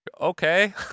okay